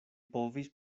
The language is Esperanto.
povis